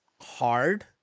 hard